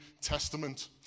Testament